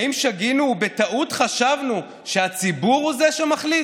האם שגינו ובטעות חשבנו שהציבור הוא שמחליט?